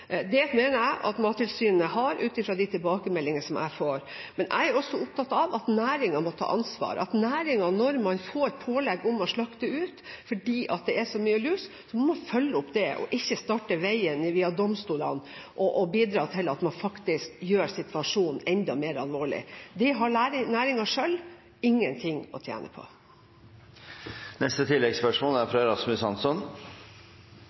også opptatt av at næringen må ta ansvar, at når næringen får pålegg om å slakte ut fordi det er så mye lus, må den følge det opp og ikke starte veien via domstolene og bidra til at man faktisk gjør situasjonen enda mer alvorlig. Det har næringen selv ingen ting å tjene